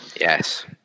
Yes